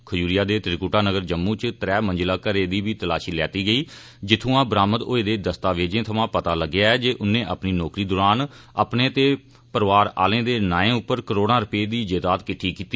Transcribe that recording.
खजूरिया दे त्रिकुटा नगर जम्मू च त्रै मंजिलां घरें दी बी तलाशी लैती गेई जित्थुआं बरामद होए दे दस्तावेजें थमां पता लग्गेआ जे उन्नै अपनी नौकरी दौरान अपने ते परिवारें आह्ले दे नाएं उप्पर करोड़ें रपे दी जायदाद किट्ठी कीती